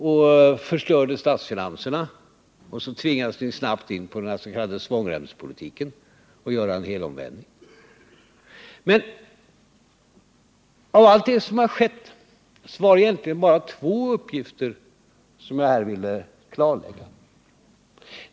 Ni förstörde statsfinanserna och tvingades snabbt göra en helomvändning och kom in på den s.k. svångremspolitiken. Men av allt det som skett är det egentligen bara två saker jag nu vill klarlägga.